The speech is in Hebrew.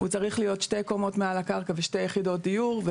הוא צריך להיות שתי קומות מעל הקרקע ושתי יחידות דיור.